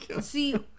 See